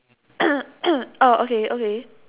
oh okay okay